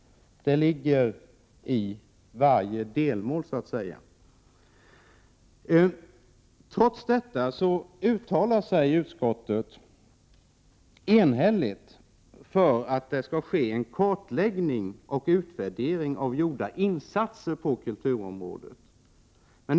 Det ligger i varje delmål. Trots detta uttalar sig utskottet enhälligt för att det skall ske en kartläggning och utvärdering av gjorda insatser på kulturområdet.